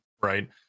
right